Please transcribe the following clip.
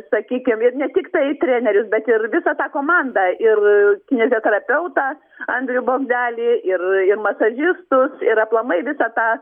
sakykim ir ne tiktai trenerius bet ir visą tą komandą ir kineziterapeutą andrių bogdelį ir ir masažistus ir aplamai visą tą